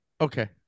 Okay